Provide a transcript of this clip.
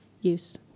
use